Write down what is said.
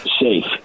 safe